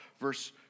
verse